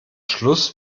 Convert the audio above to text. schluss